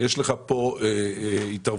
יש לך כאן התערבות,